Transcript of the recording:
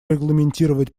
регламентировать